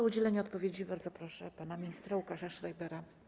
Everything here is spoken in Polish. O udzielenie odpowiedzi bardzo proszę pana ministra Łukasza Schreibera.